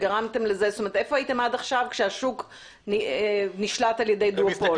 כשהשוק נשלט על-ידי דואופול?